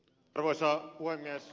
arvoisa puhemies